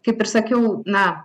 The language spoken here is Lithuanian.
kaip ir sakiau na